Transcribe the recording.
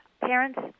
parents